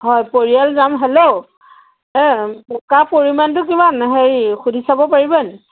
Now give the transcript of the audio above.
হয় পৰিয়াল যাম হেল্ল' এই টকা পৰিমাণটো কিমান হেৰি সুধি চাব পাৰিবানি